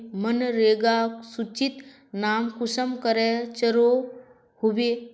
मनरेगा सूचित नाम कुंसम करे चढ़ो होबे?